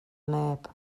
neb